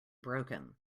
broken